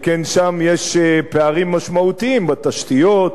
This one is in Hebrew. שכן שם יש פערים משמעותיים, בתשתיות,